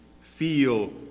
feel